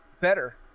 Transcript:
Better